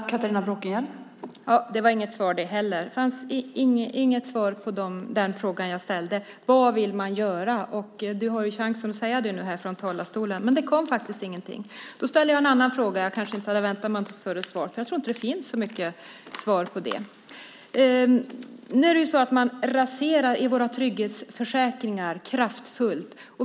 Fru talman! Det var heller inget svar. Det fanns inget svar på den fråga jag ställde. Vad vill man göra? Du hade chansen att säga det nu från talarstolen, men det kom faktiskt ingenting. Jag ska ställa en annan fråga. Jag kanske inte hade väntat mig något större svar. Jag tror inte att det finns så mycket svar. Nu raserar man kraftfullt i våra trygghetsförsäkringar.